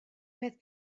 peth